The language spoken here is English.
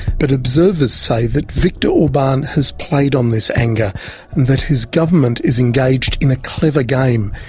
but observers say that viktor orban has played on this anger and that his government is engaged in a clever game,